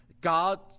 God